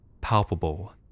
palpable